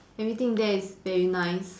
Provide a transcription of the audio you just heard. everything there is very nice